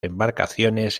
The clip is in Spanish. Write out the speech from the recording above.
embarcaciones